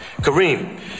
Kareem